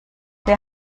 wer